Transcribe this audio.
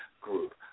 group